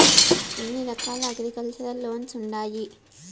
ఎన్ని రకాల agriculture loans ఉండాయి